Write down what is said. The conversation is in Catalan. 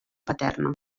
paterna